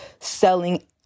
selling